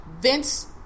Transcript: Vince